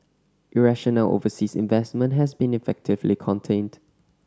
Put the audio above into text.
irrational overseas investment has been effectively contained